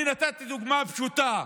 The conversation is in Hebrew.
אני נתתי דוגמה פשוטה,